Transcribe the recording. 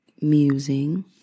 musing